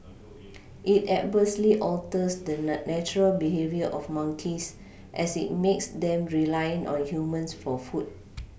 it adversely alters the natural behaviour of monkeys as it makes them reliant on humans for food